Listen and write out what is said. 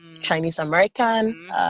Chinese-American